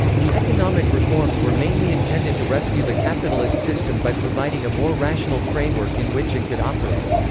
the economic reforms were mainly intended to rescue the capitalist system by providing a more rational framework in which it could operate.